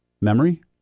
memory